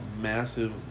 massive